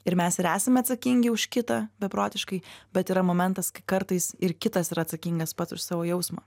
ir mes ir esame atsakingi už kitą beprotiškai bet yra momentas kartais ir kitas yra atsakingas pats už savo jausmą